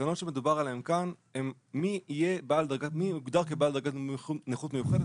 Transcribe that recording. התקנות שמדובר עליהן כאן הן מי יוגדר כבעל דרגת נכות מיוחדת,